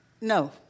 no